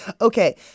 Okay